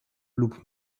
lub